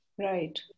Right